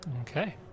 Okay